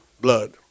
Blood